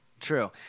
True